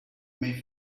may